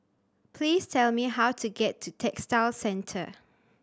please tell me how to get to Textile Centre